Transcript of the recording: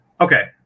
Okay